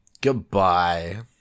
Goodbye